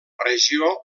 regió